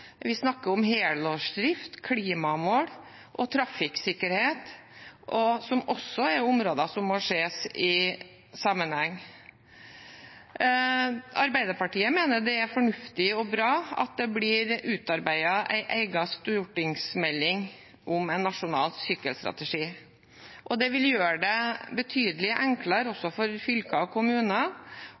Vi snakker om helårsdrift, klimamål og trafikksikkerhet, som også er områder som må ses i sammenheng. Arbeiderpartiet mener det er fornuftig og bra at det blir utarbeidet en egen stortingsmelding om en nasjonal sykkelstrategi. Det vil gjøre det betydelig enklere også for fylker og kommuner